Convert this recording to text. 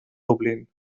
dublín